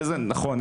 נכון,